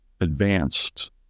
advanced